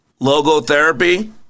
Logotherapy